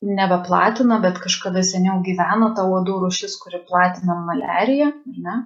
nebeplatina bet kažkada seniau gyveno ta uodų rūšis kuri platina maliariją ar ne